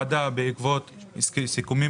עד שהבעיה של בתי הספר הכנסייתיים